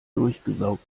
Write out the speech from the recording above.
durchgesaugt